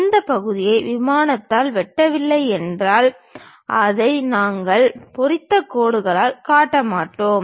அந்த பகுதியை விமானத்தால் வெட்டவில்லை என்றால் அதை நாங்கள் பொறித்த கோடுகளால் காட்ட மாட்டோம்